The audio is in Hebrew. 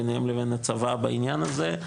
לבין הצבא בעניין הזה.